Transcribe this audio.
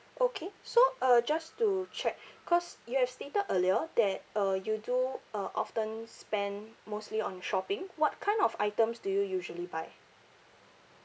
okay so uh just to check cause you have stated earlier that uh you do uh often spend mostly on shopping what kind of items do you usually buy